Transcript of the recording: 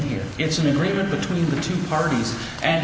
here it's an ingredient between the two parties and